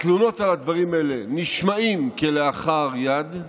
התלונות על הדברים האלה נשמעות כלאחר יד,